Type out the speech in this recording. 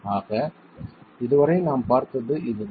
ஆக இதுவரை நாம் பார்த்தது இதுதான்